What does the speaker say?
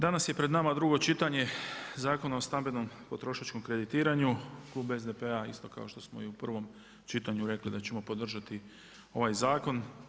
Danas je pred nama drugo čitanje Zakona o stambenom potrošačkom kreditiranju, klub SDP-a isto kao što smo i u prvom čitanju rekli da ćemo podržati ovaj zakon.